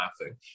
laughing